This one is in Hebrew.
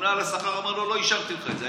הממונה על השכר אמר לו: לא אישרתי לך את זה.